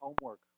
homework